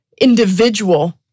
individual